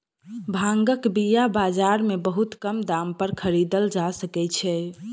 भांगक बीया बाजार में बहुत कम दाम पर खरीदल जा सकै छै